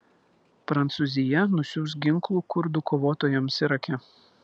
prancūzija nusiųs ginklų kurdų kovotojams irake